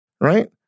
right